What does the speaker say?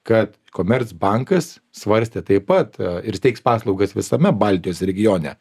kad komercbankas svarstė taip pat ir teiks paslaugas visame baltijos regione